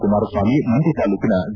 ಕುಮಾರಸ್ವಾಮಿ ಮಂಡ್ಕ ತಾಲೂಕಿನ ವಿ